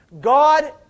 God